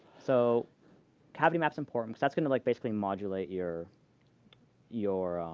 so cavity map is important. that's going to like basically modulate your your